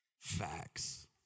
Facts